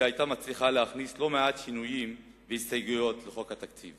היא היתה מצליחה להכניס לא מעט שינויים והסתייגויות לחוק התקציב